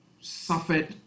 suffered